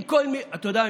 אתה יודע,